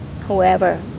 Whoever